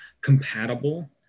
compatible